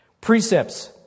Precepts